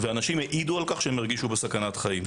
ואנשים העידו על כך שהם הרגישו בסכנת חיים.